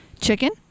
chicken